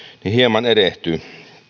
hieman erehtyy